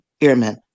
Airmen